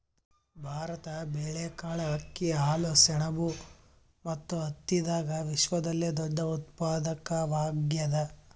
ಭಾರತ ಬೇಳೆಕಾಳ್, ಅಕ್ಕಿ, ಹಾಲು, ಸೆಣಬು ಮತ್ತು ಹತ್ತಿದಾಗ ವಿಶ್ವದಲ್ಲೆ ದೊಡ್ಡ ಉತ್ಪಾದಕವಾಗ್ಯಾದ